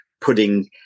putting